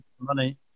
money